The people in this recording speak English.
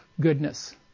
goodness